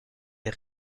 des